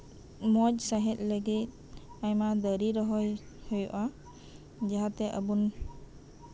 ᱢᱚᱸᱡ ᱥᱟᱦᱮᱸᱫ ᱞᱟᱹᱜᱤᱫ ᱟᱭᱢᱟ ᱫᱟᱨᱮ ᱨᱚᱦᱚᱭ ᱦᱩᱭᱩᱜᱼᱟ ᱡᱟᱸᱦᱟᱛᱮ ᱟᱵᱚᱱ